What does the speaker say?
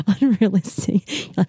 Unrealistic